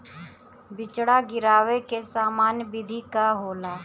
बिचड़ा गिरावे के सामान्य विधि का होला?